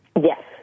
Yes